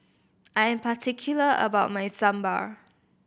I am particular about my Sambar